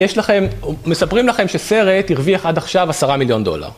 יש לכם... מספרים לכם שסרט הרוויח עד עכשיו עשרה מיליון דולר.